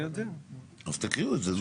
אז תקריאו את זה.